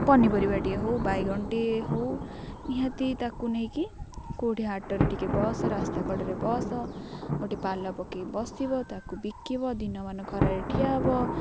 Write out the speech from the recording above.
ପନିପରିବା ଟିକିଏ ହଉ ବାଇଗଣଟିଏ ହଉ ନିହାତି ତାକୁ ନେଇକି କେଉଁଠି ହାଟରେ ଟିକେ ବସ ରାସ୍ତା କଡ଼ରେ ବସ ଗୋଟେ ପାଲା ପକାଇ ବସିବ ତାକୁ ବିକିବ ଦିନମାନ ଖରାରେ ଠିଆ ହବ